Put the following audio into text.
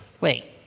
wait